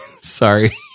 Sorry